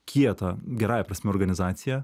kietą gerąja prasme organizaciją